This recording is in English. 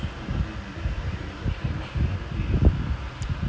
first லயும்:layum you can switch keyboard இந்த:intha tamil english சொல்றேன்:solraen headphone leh